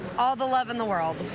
all the love in the world.